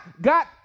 got